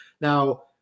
Now